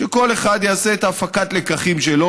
שכל אחד יעשה את הפקת הלקחים שלו,